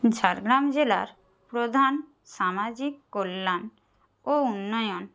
ঝাড়গ্রাম জেলার প্রধান সামাজিক কল্যাণ ও উন্নয়ন